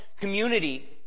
community